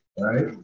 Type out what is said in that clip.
right